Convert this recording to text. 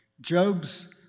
Job's